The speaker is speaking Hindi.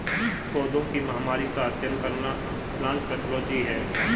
पौधों की महामारी का अध्ययन करना प्लांट पैथोलॉजी है